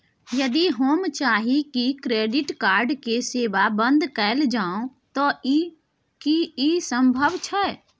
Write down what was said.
यदि हम चाही की क्रेडिट कार्ड के सेवा बंद कैल जाऊ त की इ संभव छै?